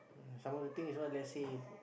some more the thing is what let's say